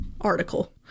article